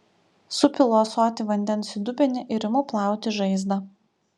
supilu ąsotį vandens į dubenį ir imu plauti žaizdą